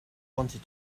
wanted